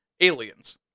Aliens